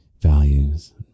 values